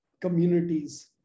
communities